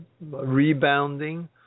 rebounding